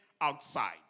outside